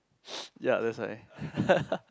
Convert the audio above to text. ya that's why